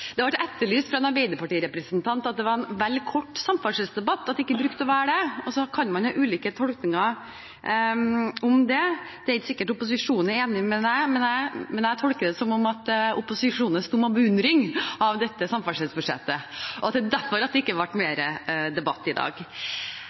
Det har vært sagt av en arbeiderpartirepresentant at dette var en vel kort samferdselsdebatt, at det ikke brukte å være det. Så kan man ha ulike tolkninger om grunnen til det. Det er ikke sikkert opposisjonen er enig med meg, men jeg tolker det som at opposisjonen er stum av beundring over dette samferdselsbudsjettet, og at det er derfor det ikke